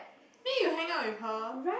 then you hang out with her